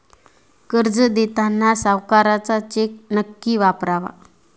कर्ज देताना सावकाराचा चेक नक्की वापरावा